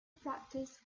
practice